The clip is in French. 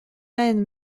reine